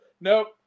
Nope